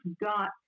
got